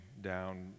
down